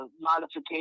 modification